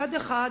מצד אחד,